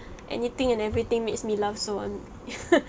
anything and everything makes me laugh so I'm